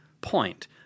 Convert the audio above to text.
point